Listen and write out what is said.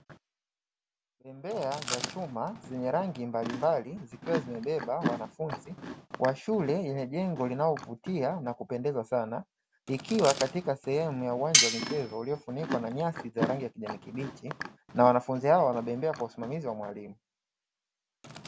Bembea za chuma zenye rangi mbalimbali zikiwa zimebeba wanafunzi wa shule yenye jengo linalovutia na kupendeza sana, ikiwa katika sehemu ya uwanja wa michezo uliyofunikwa na nyasi za rangi ya kijani kibichi, na wanafunzi hao wanabemea kwa usimamizi wa mwalimu.